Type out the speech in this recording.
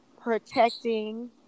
protecting